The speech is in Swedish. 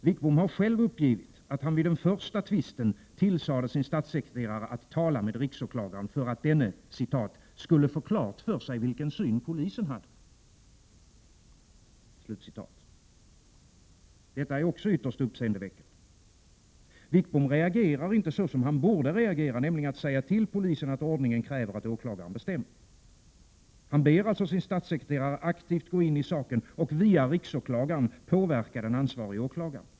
Wickbom har själv uppgivit att han vid den första tvisten tillsade sin statssekreterare att tala med riksåklagaren för att denne ” skulle få klart för sig vilken syn polisen hade”. Detta är också ytterst uppseendeväckande. Wickbom reagerar inte så, som han borde reagera, nämligen att säga till polisen att ordningen kräver att åklagaren bestämmer. Han ber sin statssekreterare aktivt gå in i saken och via riksåklagaren påverka den ansvarige åklagaren.